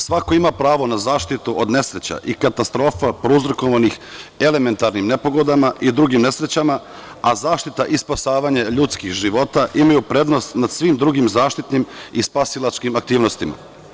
Svako ima pravo na zaštitu od nesreća i katastrofa prouzrokovanih elementarnim nepogodama i drugim nesrećama, a zaštita i spasavanje ljudskih života imaju prednost nad svim drugim zaštitnim i spasilačkim aktivnostima.